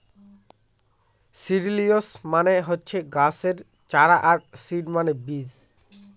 seedlings মানে হচ্ছে গাছের চারা আর সিড মানে বীজ